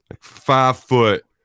five-foot